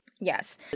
Yes